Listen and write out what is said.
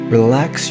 Relax